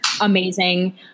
amazing